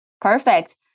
perfect